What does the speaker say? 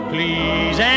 Please